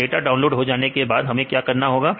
तो data download हो जाने के बाद हमें क्या करना होगा